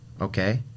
okay